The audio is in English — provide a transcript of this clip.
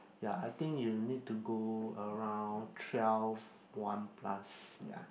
ya I think you need to go around twelve one plus ya